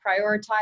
prioritize